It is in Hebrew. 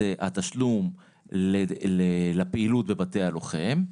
התשלום לפעילות בבתי הלוחם,